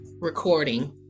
recording